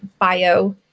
bio